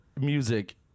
music